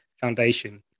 Foundation